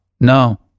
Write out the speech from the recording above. no